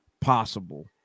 possible